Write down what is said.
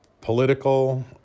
political